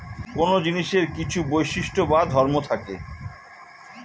কোন জিনিসের কিছু বৈশিষ্ট্য বা ধর্ম থাকে